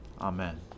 Amen